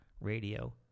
Radio